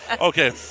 Okay